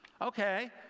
Okay